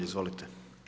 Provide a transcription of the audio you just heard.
Izvolite.